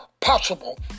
Possible